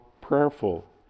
prayerful